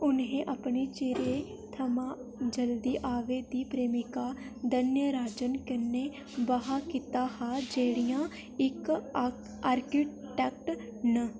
उनें अपनी चिरे थमां जल्दी आवे दी प्रेमिका दन्य राजन कन्नै ब्याह् कीता हा जेह्ड़ियां इक आक आर्किटेक्ट न